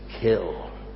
kill